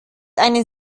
eine